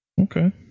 Okay